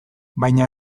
baina